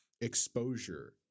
exposure